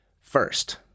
First